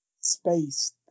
space